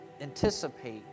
Anticipate